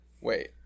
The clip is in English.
Wait